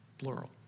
Plural